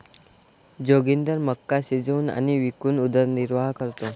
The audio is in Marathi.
जोगिंदर मका शिजवून आणि विकून उदरनिर्वाह करतो